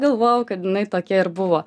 galvojau kad jinai tokia ir buvo